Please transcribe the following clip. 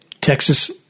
Texas